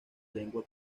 lengua